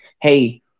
hey